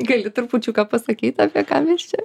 gali trupučiuką pasakyti apie ką mes čia